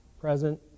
present